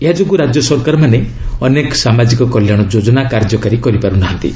ଏହା ଯୋଗୁଁ ରାଜ୍ୟ ସରକାରମାନେ ଅନେକ ସାମାଜିକ କଲ୍ୟାଣ ଯୋଜନା କାର୍ଯ୍ୟକାରୀ କରିପାରୁ ନାହାନ୍ତି